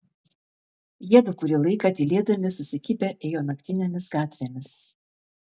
jiedu kurį laiką tylėdami susikibę ėjo naktinėmis gatvėmis